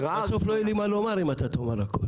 בסוף לא יהיה לי מה לומר, אם אתה תאמר הכול.